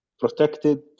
protected